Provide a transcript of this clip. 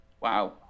Wow